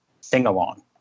sing-along